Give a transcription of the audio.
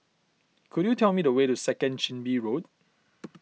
could you tell me the way to Second Chin Bee Road